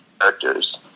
characters